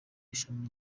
ishami